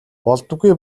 болдоггүй